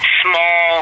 small